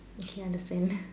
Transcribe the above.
isn't that the same